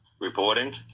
reporting